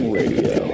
radio